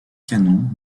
canon